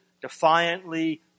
defiantly